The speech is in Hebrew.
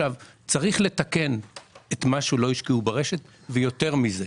צריך לתקן את מה שלא השקיעו ברשת, ויותר מזה.